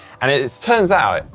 and it turns out,